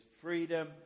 freedom